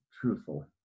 truthful